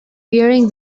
bearing